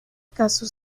caso